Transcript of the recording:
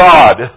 God